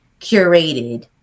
curated